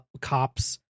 cops